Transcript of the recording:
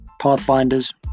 Pathfinders